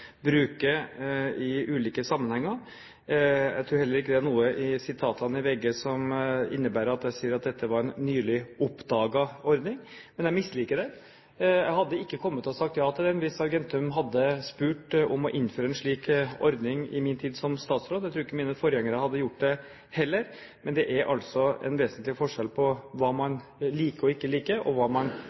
bruker i ulike sammenhenger. Jeg tror heller ikke det er noe i artikkelen i VG som innebærer at jeg sier at dette var en nylig oppdaget ordning. Men jeg misliker den. Jeg hadde ikke kommet til å si ja til den hvis Argentum hadde spurt om å få innføre en slik ordning i min tid som statsråd. Jeg tror ikke mine forgjengere hadde gjort det heller. Men det er altså en vesentlig forskjell på hva man liker og ikke liker, og hva man